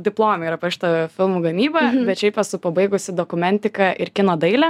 diplome yra paruošta filmų gamyba bet šiaip esu pabaigusi dokumentiką ir kino dailę